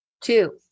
Two